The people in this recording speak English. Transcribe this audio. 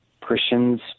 Christians